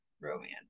romance